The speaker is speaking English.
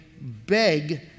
beg